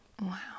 Wow